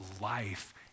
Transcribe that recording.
life